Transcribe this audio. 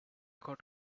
got